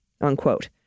unquote